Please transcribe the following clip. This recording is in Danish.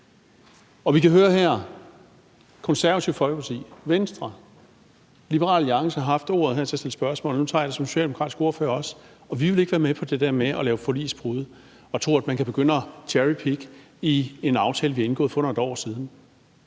Vi har hørt Det Konservative Folkeparti, Venstre, Liberal Alliance, som har haft ordet for at stille spørgsmål, og nu tager jeg som Socialdemokratiets ordfører også ordet for at sige, at vi ikke vil være med på det der med at lave forligsbrud og tro, at man kan begynde at cherrypicke i en aftale, vi har indgået for under et år siden.